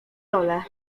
dole